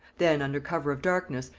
then, under cover of darkness,